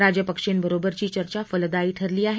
राजपक्षेंबरोबरची चर्चा फलदायी ठरली आहे